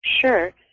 Sure